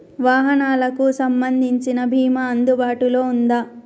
వాహనాలకు సంబంధించిన బీమా అందుబాటులో ఉందా?